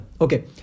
Okay